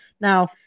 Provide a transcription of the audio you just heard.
Now